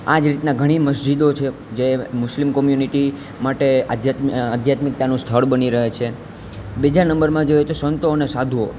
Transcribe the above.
આજ રીતનાં ઘણી મસ્જિદો છે જે મુસ્લિમ કોમ્યુનિટી માટે આધ્યાત્મિકતાનું સ્થળ બની રહે છે બીજા નંબરમાં જોઈએ તો સંતો અને સાધુઓ